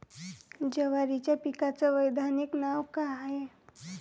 जवारीच्या पिकाचं वैधानिक नाव का हाये?